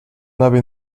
nave